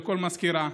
לכל מזכירה.